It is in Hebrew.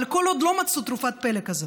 אבל כל עוד לא מצאו תרופת פלא כזאת,